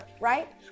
right